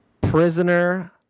prisoner